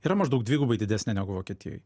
yra maždaug dvigubai didesnė negu vokietijoj